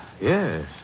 yes